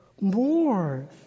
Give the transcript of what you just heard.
more